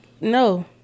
No